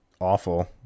awful